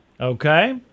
Okay